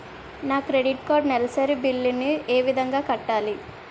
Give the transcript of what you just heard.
నా credit card నెలసరి bill ని ఏ విధంగా కట్టాలి?